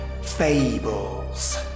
fables